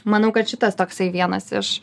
manau kad šitas toksai vienas iš